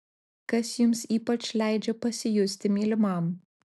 kas jums ypač leidžia pasijusti mylimam